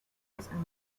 maestros